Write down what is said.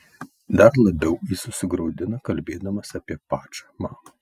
dar labiau jis susigraudina kalbėdamas apie pačą mamą